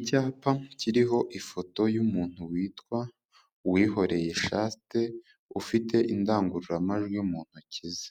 Icyapa kiriho ifoto y'umuntu witwa Uwihoreye Chaste, ufite indangururamajwi mu ntoki ze,